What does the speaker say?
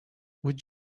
would